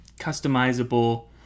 customizable